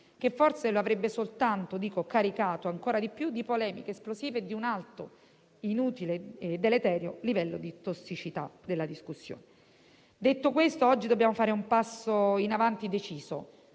stato quello di caricarlo ancora di più di polemiche esplosive e di un alto, inutile e deleterio livello di tossicità della discussione. Detto questo, oggi dobbiamo fare un passo in avanti deciso.